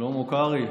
שלמה קרעי,